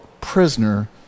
prisoner